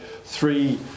three